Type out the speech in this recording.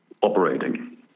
operating